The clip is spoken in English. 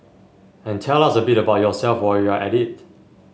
and tell us a bit about yourself while you're at it